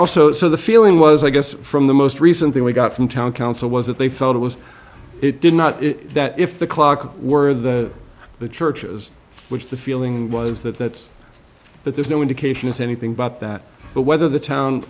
also the feeling was i guess from the most recent thing we got from town council was that they felt it was it did not that if the clock were the the churches which the feeling was that that's but there's no indication it's anything about that but whether the town